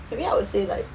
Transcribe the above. maybe I would say like